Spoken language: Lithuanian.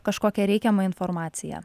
kažkokią reikiamą informaciją